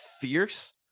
fierce